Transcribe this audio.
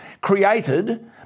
created